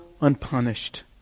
unpunished